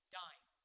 dying